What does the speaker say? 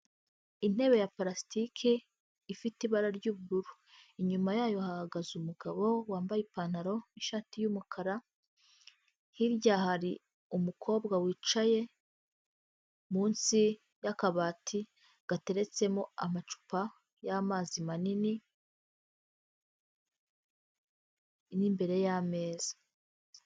Intebe ya plastike ifite ibara ry'ubururu, inyuma yayo hahagaze umugabo wambaye ipantaro n'ishati y' umukara. hirya hari umukobwa wicaye munsi y'akabati gateretsemo amacupa y'amazi manini, imbere y' ameza.